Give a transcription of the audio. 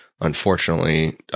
unfortunately